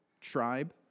tribe